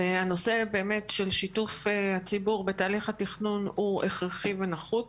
הנושא באמת של שיתוף הציבור בתהליך התכנון הוא הכרחי ונחוץ.